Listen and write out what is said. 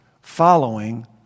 following